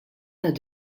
tad